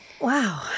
Wow